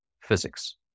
physics